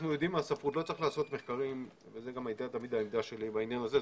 לא צריך לעשות מחקרים וזאת תמיד הייתה העמדה שלי בעניין הזה,